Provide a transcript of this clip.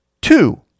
Two